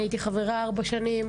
אני הייתי חברה ארבע שנים,